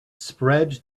spread